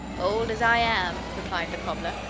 old as i am, replied the cobbler,